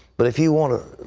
but if you want to